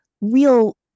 real